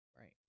Right